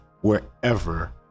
wherever